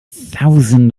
thousand